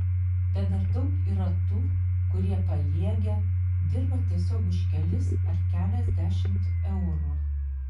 bet dar daug yra tų kurie paliegę dirba tiesiog už kelis ar keliasdešimt eurų